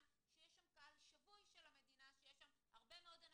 שיש שם קהל שבוי של המדינה שזה הרבה מאוד אנשים.